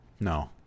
No